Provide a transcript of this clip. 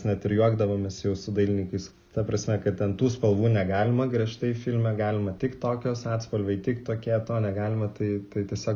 net ir juokdavomės su dailininkais ta prasme kad ten tų spalvų negalima griežtai filme galima tik tokios atspalviai tik tokie to negalima tai tai tiesiog